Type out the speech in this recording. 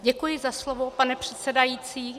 Děkuji za slovo, pane předsedající.